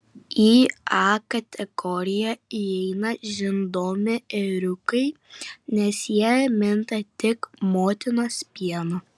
į a kategoriją įeina žindomi ėriukai nes jie minta tik motinos pienu